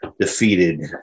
defeated